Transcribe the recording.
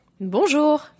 Bonjour